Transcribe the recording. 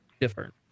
different